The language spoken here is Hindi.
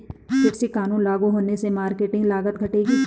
कृषि कानून लागू होने से मार्केटिंग लागत घटेगी